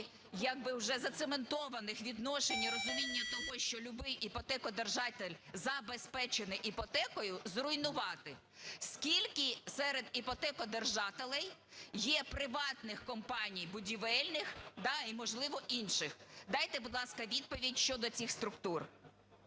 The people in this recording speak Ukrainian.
вже зацементованих відношень, і розуміння того, що любий іпотекодержатель забезпечений іпотекою, зруйнувати? Скільки серед іпотекодержателів є приватних компаній будівельних і, можливо, інших. Дайте, будь ласка, відповідь щодо цих структур.